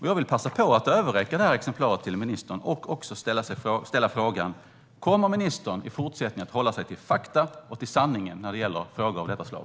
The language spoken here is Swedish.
Jag vill passa på att överräcka ett exemplar av rapporten till ministern och ställa frågan: Kommer ministern att i fortsättningen hålla sig till fakta och till sanningen när det gäller frågor av detta slag?